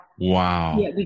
wow